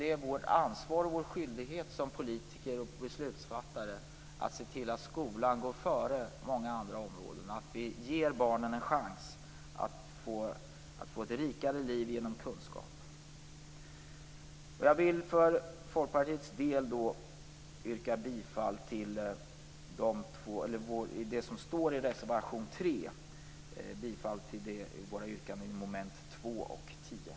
Det är vårt ansvar och vår skyldighet som politiker och beslutsfattare att se till att skolan går före många andra områden och att vi ger barnen en chans att få ett rikare liv genom kunskap. Jag vill för Folkpartiets del yrka bifall till det som står i reservation 3 i våra yrkanden beträffande mom.